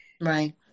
right